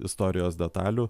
istorijos detalių